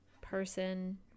person